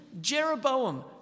Jeroboam